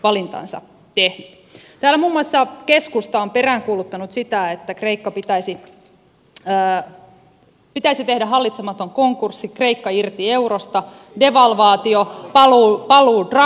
täällä muun muassa keskusta on peräänkuuluttanut sitä että kreikan pitäisi tehdä hallitsematon konkurssi kreikka irti eurosta devalvaatio paluu drakmaan